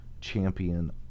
champion